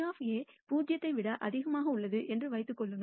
P 0 ஐ விட அதிகமாக உள்ளது என்று வைத்துக் கொள்ளுங்கள்